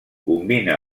combina